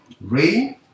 rain